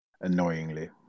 annoyingly